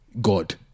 God